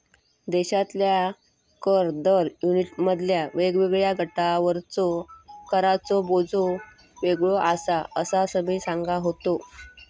देशातल्या कर दर युनिटमधल्या वेगवेगळ्या गटांवरचो कराचो बोजो वेगळो आसा, असा समीर सांगा होतो